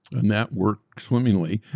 and that work swimmingly.